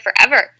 forever